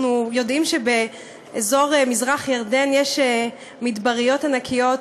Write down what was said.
אנחנו יודעים שבאזור מזרח-ירדן יש מדבריות ענקיים,